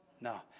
No